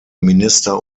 minister